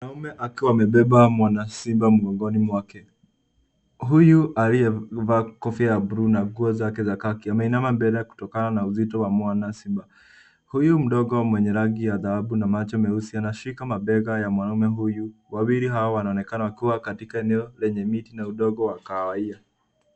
Mwanaume akiwa amembeba mwana wa simba mgongoni mwake. Huyu aliyevaa kofia ya buluu na nguo zake za khaki ameinama mbele kutokana na uzito wa mwana simba. Huyu mdogo mwenye rangi ya dhahabu na macho meusi amemshika mabega ya mwanaume huyo. Wawili hawa wanaonekana kuwa katika eneo lenye miti na udongo wa kahawia.